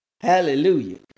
Hallelujah